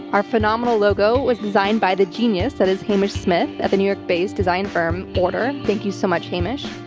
our phenomenal logo was designed by the genius that is hamish smith at the new york based design firm order. thank you so much hamish.